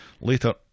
Later